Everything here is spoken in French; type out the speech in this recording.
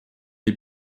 les